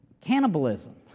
Cannibalism